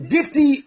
Gifty